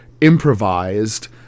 improvised